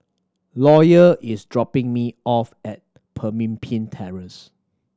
Lawyer is dropping me off at Pemimpin Terrace